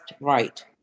right